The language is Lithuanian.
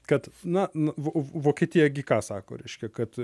kad na v vo vokietija gi ką sako reiškia kad